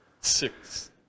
six